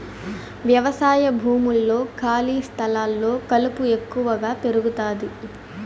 వ్యవసాయ భూముల్లో, ఖాళీ స్థలాల్లో కలుపు ఎక్కువగా పెరుగుతాది